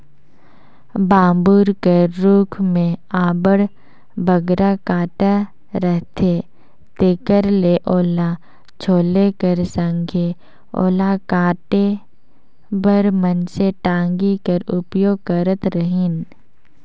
बबूर कर रूख मे अब्बड़ बगरा कटा रहथे तेकर ले ओला छोले कर संघे ओला काटे बर मइनसे टागी कर उपयोग करत रहिन